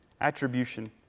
Attribution